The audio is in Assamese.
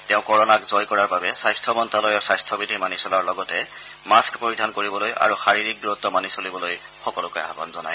তেওঁ কৰ'নাক জয় কৰাৰ বাবে স্বাস্থ্য মন্ত্যালয়ৰ স্বাস্থ্য বিধি মানি চলাৰ লগতে মাস্ক পৰিধান কৰিবলৈ আৰু শাৰীৰিক দূৰত্ব মানি চলিবলৈ সকলোকে আহান জনায়